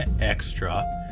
extra